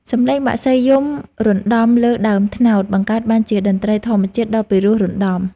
សំឡេងបក្សីយំរណ្តំលើដើមត្នោត បង្កើតបានជាតន្ត្រីធម្មជាតិដ៏ពិរោះរណ្តំ។